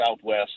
Southwest